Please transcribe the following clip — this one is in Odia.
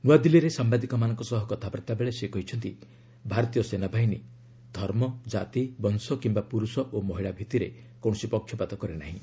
ନ୍ତଆଦିଲ୍ଲୀରେ ସାମ୍ବାଦିକମାନଙ୍କ ସହ କଥାବାର୍ତ୍ତା ବେଳେ ସେ କହିଛନ୍ତି ଭାରତୀୟ ସେନାବାହିନୀ ଧର୍ମ କାତି ବଂଶ କିୟା ପୁରୁଷ ଓ ମହିଳା ଭିତ୍ତିରେ କୌଣସି ପକ୍ଷପାତ କରେନାହିଁ